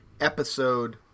episode